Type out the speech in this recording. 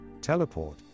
teleport